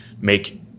make